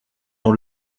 dans